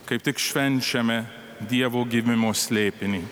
kaip tik švenčiame dievo gimimo slėpinį